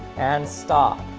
and stop